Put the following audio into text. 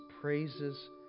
praises